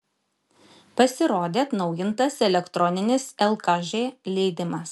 pasirodė atnaujintas elektroninis lkž leidimas